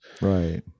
right